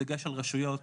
בדגש על רשויות